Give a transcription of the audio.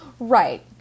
Right